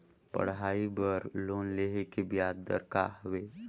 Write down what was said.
पढ़ाई बर लोन लेहे के ब्याज दर का हवे?